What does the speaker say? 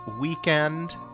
weekend